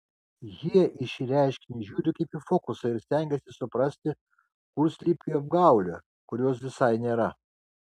jie į šį reiškinį žiūri kaip į fokusą ir stengiasi suprasti kur slypi apgaulė kurios visai nėra